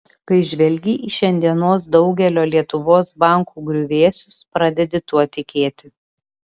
kai žvelgi į šiandienos daugelio lietuvos bankų griuvėsius pradedi tuo tikėti